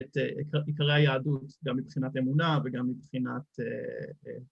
‫את עיקרי היהדות, ‫גם מבחינת אמונה וגם מבחינת...